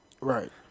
Right